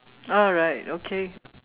alright okay